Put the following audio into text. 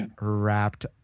wrapped